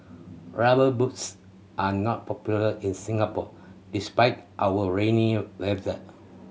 Rubber Boots are not popular in Singapore despite our rainy weather